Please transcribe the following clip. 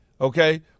Okay